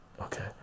okay